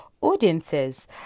audiences